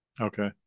Okay